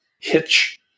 hitch